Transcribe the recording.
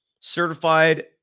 Certified